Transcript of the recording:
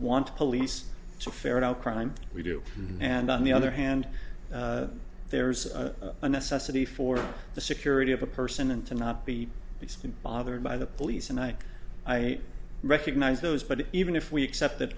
want police to ferret out crime we do and on the other hand there's a necessity for the security of a person and to not be bothered by the police and i i recognize those but even if we accept